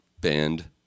band